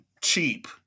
cheap